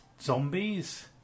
zombies